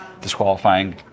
disqualifying